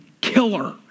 killer